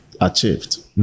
achieved